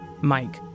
Mike